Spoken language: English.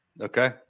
Okay